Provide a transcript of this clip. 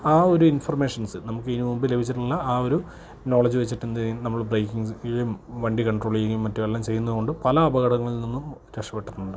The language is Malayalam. ആ ഒരു ഇൻഫർമേഷൻസ് നമുക്ക് ഇതിന് മുമ്പ് ലഭിച്ചിട്ടുള്ള ആ ഒരു നോളജ് വച്ചിട്ട് എന്ത് ചെയ്യും നമ്മൾ ബ്രേക്കിങ് ചെയ്യുകയും വണ്ടി കൺട്രോൾ ചെയ്യുകയും മറ്റും എല്ലാം ചെയ്യുന്നത് കൊണ്ട് പല അപകടങ്ങളിൽ നിന്നും രക്ഷപ്പെട്ടിട്ടുണ്ട്